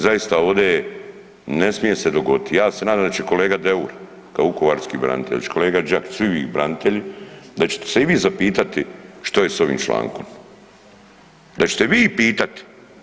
Zaista ovdje ne smije se dogoditi, ja se nadam da će kolega Deur, kao vukovarski branitelj, kolega Đakić, svi vi branitelji da ćete se i vi zapitati što je s ovim člankom, da ćete vi pitati.